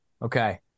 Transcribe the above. Okay